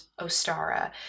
ostara